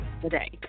today